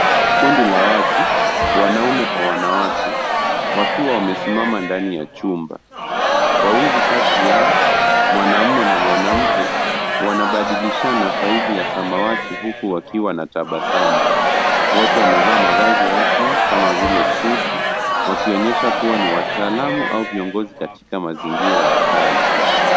Kundi la watu wanaume kwa wanawake wakiwa wamesimama ndani ya chumba, wawili kati yao mwanamume na mwanamke wanabadilishana faili ya samawati huku wakiwa na tabasamu wote wamevaa mavazi rasmi kama vile suti wakionyesha kuwa ni wataalamu au viongozi katika mazingira ya kazi.